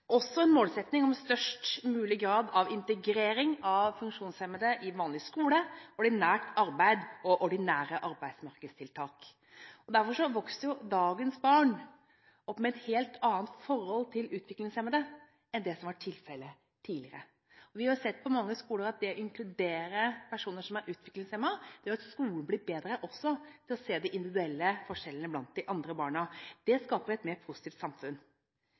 også en målsetting om størst mulig grad av integrering av funksjonshemmede i vanlig skole, ordinært arbeid og ordinære arbeidsmarkedstiltak. Derfor vokser dagens barn opp med et helt annet forhold til utviklingshemmede enn det som var tilfelle tidligere. Vi har sett på mange skoler at det å inkludere personer som er utviklingshemmet, gjør at skolen også blir bedre til å se de individuelle forskjellene blant de andre barna. Det skaper et mer positivt samfunn.